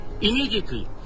immediately